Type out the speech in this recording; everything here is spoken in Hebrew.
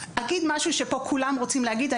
אגיד משהו שפה כולם רוצים להגיד.